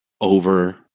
over